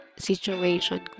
situation